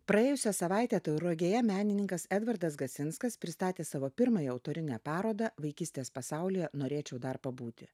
praėjusią savaitę tauragėje menininkas edvardas gasinskas pristatė savo pirmąją autorinę parodą vaikystės pasaulyje norėčiau dar pabūti